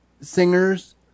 singers